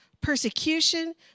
persecution